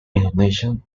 indonesian